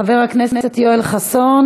חבר הכנסת יואל חסון,